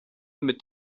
mit